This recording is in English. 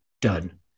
done